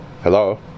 hello